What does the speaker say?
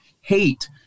hate